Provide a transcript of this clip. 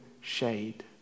shade